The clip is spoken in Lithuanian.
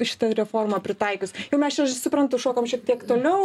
šitą reformą pritaikius jau mes čia aš suprantu šokom šiek tiek toliau